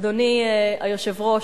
אדוני היושב-ראש,